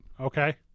okay